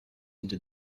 into